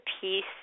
peace